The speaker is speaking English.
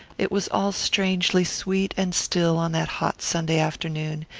it was all strangely sweet and still on that hot sunday afternoon,